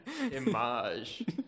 Image